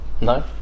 No